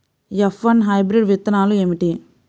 F one hybrid విత్తనాలు ఏమిటి?